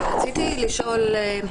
רציתי לשאול,